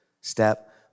step